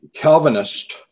Calvinist